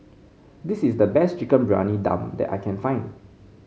this is the best Chicken Briyani Dum that I can find